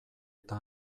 eta